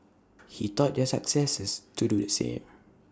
he taught their successors to do the same